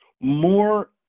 more